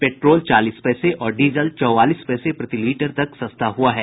petrol चालीस पैसे और डीजल चौवालीस पैसे प्रतिलीटर सस्ता हुआ है